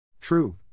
True